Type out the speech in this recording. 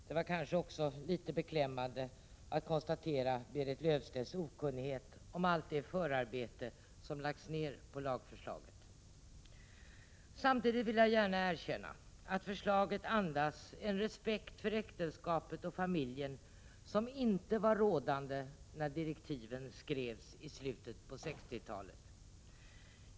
Det var kanske också litet beklämmande att konstatera Berit Löfstedts okunnighet om allt det förarbete som lagts ner på lagförslaget. Samtidigt vill jag gärna erkänna att förslaget andas en respekt för äktenskapet och familjen som inte var rådande när direktiven skrevs i slutet av 60-talet.